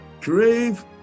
crave